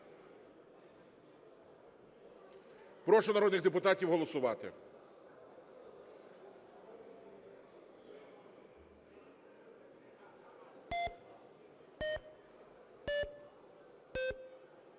Прошу народних депутатів голосувати.